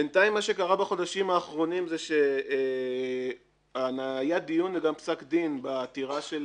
בינתיים מה שקרה בחודשים האחרונים זה שהיה דיון וגם פסק דין בעתירה של